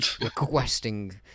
requesting